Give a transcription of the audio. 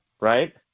right